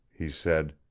he said.